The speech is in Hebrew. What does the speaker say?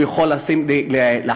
היא יכולה לשכן אותו,